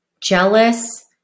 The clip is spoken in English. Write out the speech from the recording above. jealous